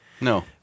No